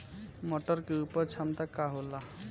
मटर के उपज क्षमता का होला?